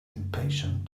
impatient